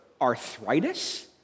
arthritis